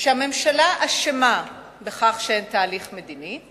שהממשלה אשמה בכך שאין תהליך מדיני,